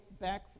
back